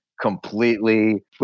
completely